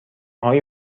های